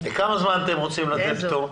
לכמה זמן אתם רוצים לתת פטור?